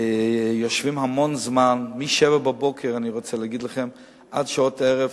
הם יושבים המון זמן, מהשעה 07:00 עד שעות הערב,